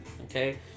okay